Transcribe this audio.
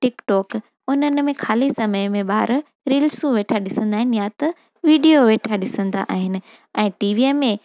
TikTok उन्हनि में ख़ाली समय में ॿार रिल्सूं वेठा ॾिसंदा आहिनि या त वीडियो वेठा ॾिसंदा आहिनि ऐं टीवीअ में